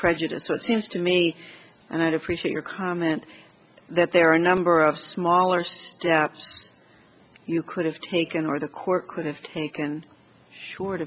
prejudiced so it seems to me and i appreciate your comment that there are a number of smaller steps you could have taken or the court could have taken short